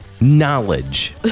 knowledge